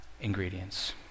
ingredients